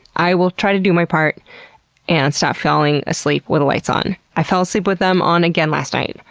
i will try to do my part and stop falling asleep with the lights on. i fell asleep with them on again last night,